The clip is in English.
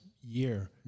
year